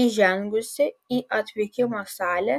įžengusi į atvykimo salę